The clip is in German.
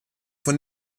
von